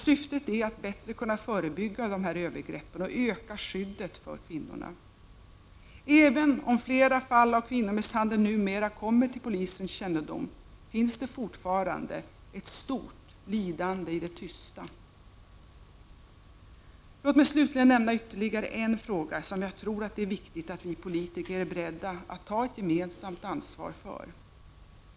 Syftet är att bättre kunna förebygga dessa övergrepp och öka skyddet för kvinnorna. Även om flera fall av kvinnomisshandel numera kommer till polisens kännedom, finns det fortfarande ett stort lidande i det tysta. Låt mig slutligen nämna ytterligare en fråga som jag tror att det är viktigt att vi politiker är beredda att ta ett gemensamt ansvar för.